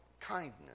kindness